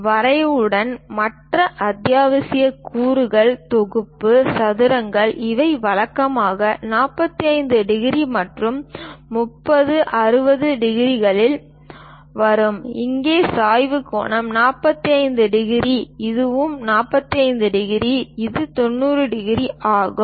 வரைவுடன் மற்ற அத்தியாவசிய கூறுகள் தொகுப்பு சதுரங்கள் இவை வழக்கமாக 45 டிகிரி மற்றும் 30 60 டிகிரிகளில் வரும் இங்கே சாய்வு கோணம் 45 டிகிரி இதுவும் 45 டிகிரி இது 90 டிகிரி ஆகும்